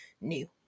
new